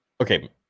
okay